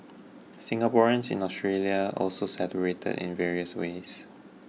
Singaporeans in Australia also celebrated in various ways